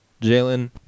Jalen